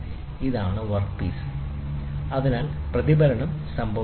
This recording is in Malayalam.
അതിനാൽ ഇത് ഒരു കോണിലാണ് അതിനാൽ പ്രതിഫലനം സംഭവിക്കുന്നു